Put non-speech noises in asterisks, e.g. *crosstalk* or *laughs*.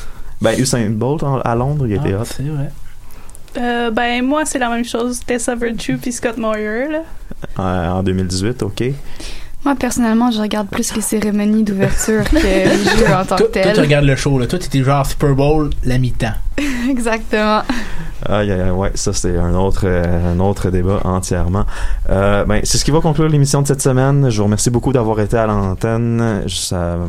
Ben, Usain Bolt en- à Londres, il était Ah, hot. c'est vrai. Euh, ben, moi, c'est la même chose, Tessa Virtue puis Scott Moir, là. Euh, en 2018, ok. Moi, personnellement, je regarde plus les cérémonies d'ouverture que les *laughs* jeux en tant que Toi- toi, tu tels. regardes le show, là. Toi, t'étais genre Super Bowl la mi-temps. *laughs* Exactement. Aïe, aïe, aïe, ouais, ça, c'était un autre, euh, un autre débat entièrement. Euh, ben, c'est ce qui va conclure l'émission de cette semaine. Je vous remercie beaucoup d'avoir été à l'antenne. Ça